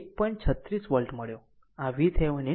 36 volt મળ્યો આ VThevenin